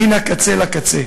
מן הקצה אל הקצה.